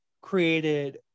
created